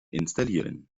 installieren